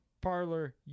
Parlor